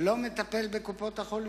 לא מטפל בקופות-החולים.